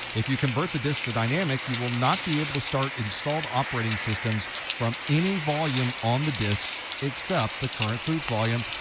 if you convert the disks to dynamic, you will not be able to start installed operating systems from any volume on the disks except the current boot volume.